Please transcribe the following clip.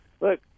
look